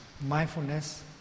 mindfulness